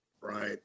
right